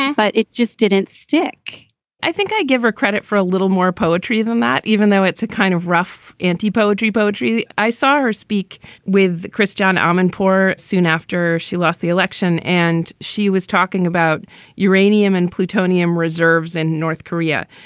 but it just didn't stick i think i give her credit for a little more poetry than that, even though it's a kind of rough anti poetry. beaudry. i saw her speak with christiane amanpour soon after she lost the election and she was talking about uranium and plutonium reserves in north korea.